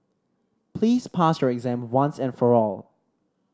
please pass your exam once and for all